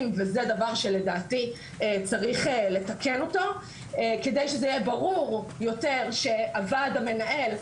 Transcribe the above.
וזה דבר שלדעתי צריך לתקן אותו כדי שזה יהיה ברור יותר שהוועד המנהל,